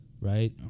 right